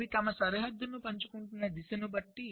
అవి తమ సరిహద్దులను పంచుకుంటున్న దిశను బట్టి